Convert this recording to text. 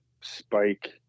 spike